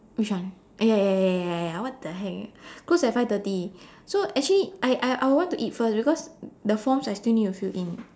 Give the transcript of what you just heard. which one eh ya ya ya ya ya what the heck close at five thirty so actually I I I'll want to eat first cause the forms I still need to fill in